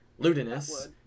Ludinus